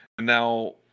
Now